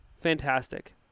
fantastic